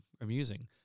amusing